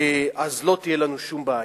אז לא תהיה לנו שום בעיה.